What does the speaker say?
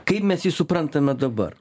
kaip mes jį suprantame dabar